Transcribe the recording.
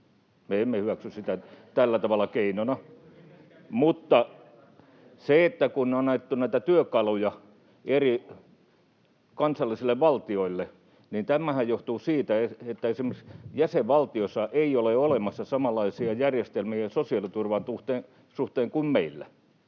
emme hyväksy sitä tällä tavalla keinona. Se, että on otettu näitä työkaluja eri kansallisille valtioille, johtuu siitä, että esimerkiksi jäsenvaltioissa ei ole olemassa samanlaisia järjestelmiä sosiaaliturvan suhteen kuin meillä.